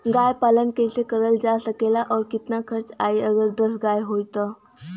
गाय पालन कइसे करल जा सकेला और कितना खर्च आई अगर दस गाय हो त?